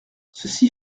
ceci